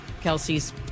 Kelsey's